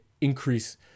increase